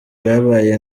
babaye